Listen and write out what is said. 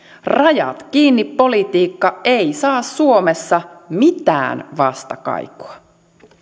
rajat kiinni politiikka ei saa suomessa mitään vastakaikua